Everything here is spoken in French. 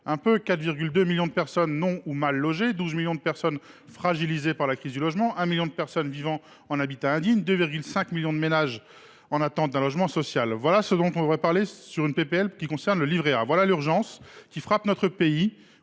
uns : 4,2 millions de personnes non ou mal logées ; 12 millions de personnes fragilisées par la crise du logement ; 1 million de personnes vivant en habitat indigne ; 2,5 millions de ménages en attente d’un logement social. Voilà ce dont nous devrions parler à la faveur d’une proposition de loi qui concerne le livret A. Voilà l’urgence qui frappe notre pays.